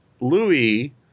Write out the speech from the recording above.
Louis